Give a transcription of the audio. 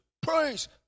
Praise